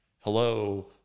hello